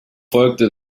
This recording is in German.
folgte